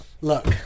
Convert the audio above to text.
Look